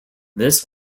this